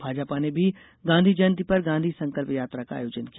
भाजपा ने भी गांधी जयंती पर गांधी संकल्प यात्रा का आयोजन किया